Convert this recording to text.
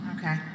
Okay